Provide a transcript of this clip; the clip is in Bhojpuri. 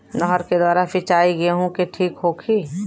नहर के द्वारा सिंचाई गेहूँ के ठीक होखि?